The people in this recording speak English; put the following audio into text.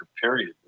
period